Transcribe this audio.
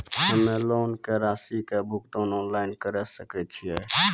हम्मे लोन के रासि के भुगतान ऑनलाइन करे सकय छियै?